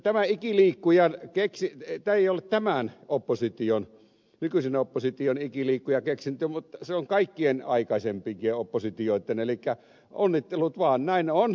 tämä ei ollut tämän nykyisen opposition ikiliikkujakeksintö se on kaikkien aikaisempienkin oppositioitten elikkä onnittelut vaan näin on